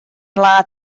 ladd